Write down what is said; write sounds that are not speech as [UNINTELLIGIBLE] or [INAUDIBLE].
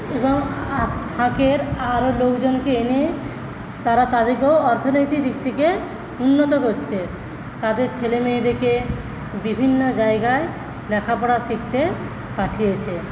এবং [UNINTELLIGIBLE] আরও লোকজনকে এনে তারা তাদেরকেও অর্থনৈতিক দিক থেকে উন্নত করছে তাদের ছেলেমেয়েদেরকে বিভিন্ন জায়গায় লেখাপড়া শিখতে পাঠিয়েছে